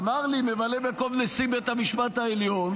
אמר לי ממלא מקום נשיא בית המשפט העליון: